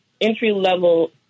entry-level